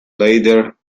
later